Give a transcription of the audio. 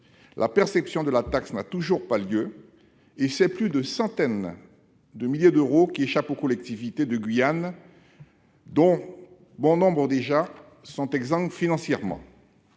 La perception de la taxe n'a toujours pas lieu ; c'est plusieurs centaines de milliers d'euros qui échappent ainsi aux collectivités de Guyane, dont bon nombre sont déjà exsangues financièrement.